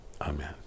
Amen